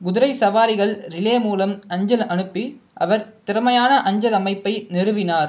குதிரை சவாரிகள் ரிலே மூலம் அஞ்சல் அனுப்பி அவர் திறமையான அஞ்சல் அமைப்பை நிறுவினார்